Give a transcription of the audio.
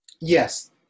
Yes